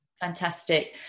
Fantastic